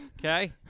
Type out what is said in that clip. Okay